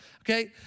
okay